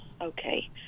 Okay